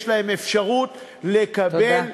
יש להם אפשרות לקבל,